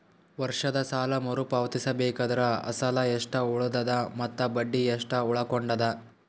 ವರ್ಷದ ಸಾಲಾ ಮರು ಪಾವತಿಸಬೇಕಾದರ ಅಸಲ ಎಷ್ಟ ಉಳದದ ಮತ್ತ ಬಡ್ಡಿ ಎಷ್ಟ ಉಳಕೊಂಡದ?